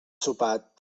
sopat